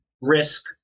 risk